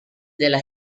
della